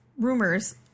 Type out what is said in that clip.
rumors